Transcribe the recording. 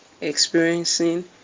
experiencing